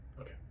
Okay